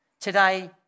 Today